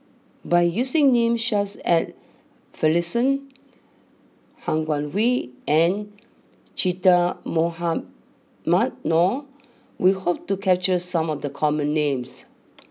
by using names such as Finlayson Han Guangwei and Che Dah Mohamed Noor we hope to capture some of the common names